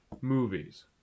movies